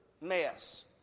mess